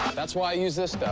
that's why use this stuff,